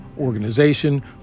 organization